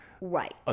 Right